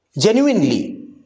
genuinely